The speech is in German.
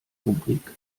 rubrik